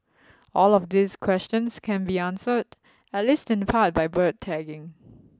all of these questions can be answered at least in part by bird tagging